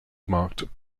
marked